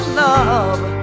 love